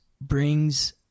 brings